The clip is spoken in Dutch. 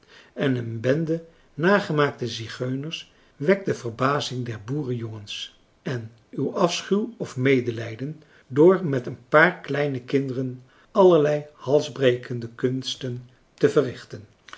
en een bende nagemaakte zigeuners wekt de verbazing der boerenjongens en uw afschuw of medelijden door met een paar kleine kinderen allerlei halsbrekende kunsten te verrichten